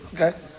Okay